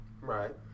right